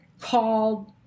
called